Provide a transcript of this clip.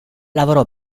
lavorò